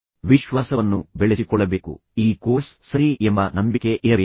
ನೀವು ವಿಶ್ವಾಸವನ್ನು ಬೆಳೆಸಿಕೊಳ್ಳಬೇಕು ಈ ಕೋರ್ಸ್ ಸರಿ ಎಂಬ ನಂಬಿಕೆ ನಿಮಗೆ ಇರಬೇಕು